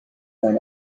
son